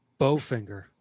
Bowfinger